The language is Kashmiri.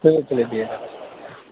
تُلِو تُلِو بِہِو